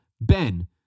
Ben